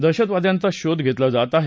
दहशतवाद्यांचा शोध घेतला जात आहे